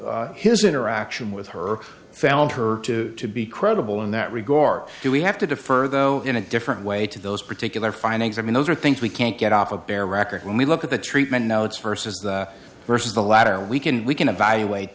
his interaction with her found her to be credible in that regard we have to defer though in a different way to those particular findings i mean those are things we can't get off of bear record when we look at the treatment notes versus the versus the latter we can we can evaluate